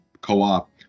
co-op